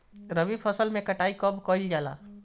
रबी फसल मे कटाई कब कइल जाला?